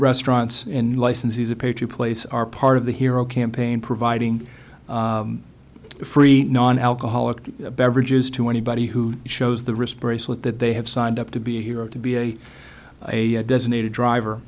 restaurants in licensees appear to place are part of the hero campaign providing free non alcoholic beverages to anybody who shows the wrist bracelet that they have signed up to be a hero to be a a designated driver